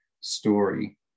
story